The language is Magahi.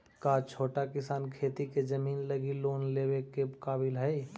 का छोटा किसान खेती के जमीन लगी लोन लेवे के काबिल हई?